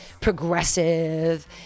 progressive